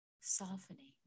Softening